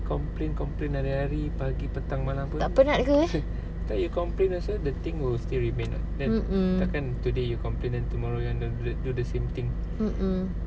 tak penat ke eh mm mm mm mm